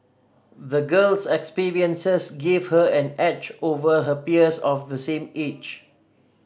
the girl's experiences gave her an edge over her peers of the same age